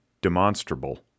demonstrable